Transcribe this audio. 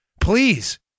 Please